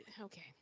Okay